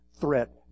threat